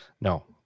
No